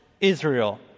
Israel